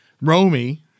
Romy